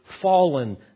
fallen